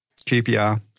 QPR